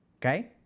Okay